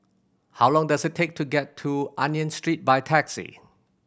how long does it take to get to Union Street by taxi